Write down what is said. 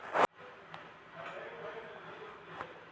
నా ఫోన్ నుండి బిల్లులు చెల్లిస్తే ఎక్కువ డబ్బులు కట్టాల్సి వస్తదా?